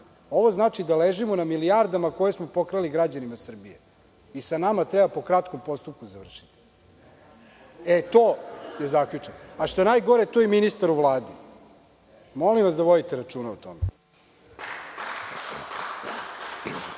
Ovo znači da ležimo na milijardama koje smo pokrali građanima Srbije i sa nama treba po kratkom postupku završiti. To je zaključak. Što je najgore, tu je i ministar u Vladi. Molim vas da vodite računa o tome.